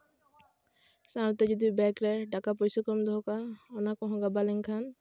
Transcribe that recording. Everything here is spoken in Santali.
ᱥᱟᱶᱛᱮ ᱡᱩᱫᱤ ᱵᱮᱜᱽ ᱨᱮ ᱴᱟᱠᱟ ᱯᱚᱭᱥᱟ ᱠᱚᱢ ᱫᱚᱦᱚ ᱠᱟᱜᱼᱟ ᱚᱱᱟ ᱠᱚᱦᱚᱸ ᱜᱟᱵᱟ ᱞᱮᱱᱠᱷᱟᱱ